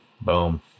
boom